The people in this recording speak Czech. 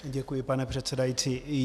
Děkuji, pane předsedající.